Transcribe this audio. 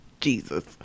Jesus